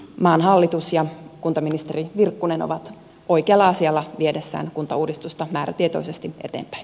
maan hallitus ja kuntaministeri virkkunen ovat oikealla asialla viedessään kuntauudistusta määrätietoisesti eteenpäin